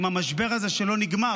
עם המשבר הזה שלא נגמר,